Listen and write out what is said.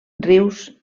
rius